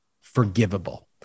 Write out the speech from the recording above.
forgivable